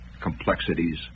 complexities